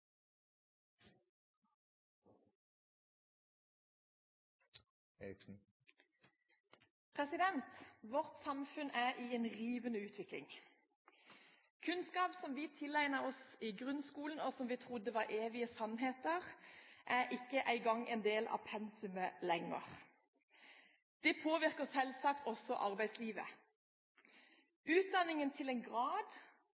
i en rivende utvikling. Kunnskap vi tilegnet oss i grunnskolen, og som vi trodde var evige sannheter, er ikke engang en del av pensumet lenger. Det påvirker selvsagt også